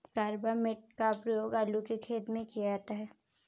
carbamate का प्रयोग आलू के खेत में किया जाता है